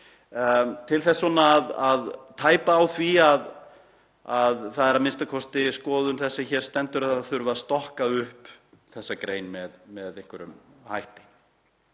til þess að tæpa á því, sem er a.m.k. skoðun þess sem hér stendur, að það þurfi að stokka upp þessa grein með einhverjum hætti.